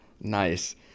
Nice